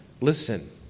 Listen